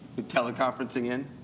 for teleconferencing in.